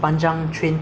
railway station